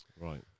Right